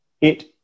it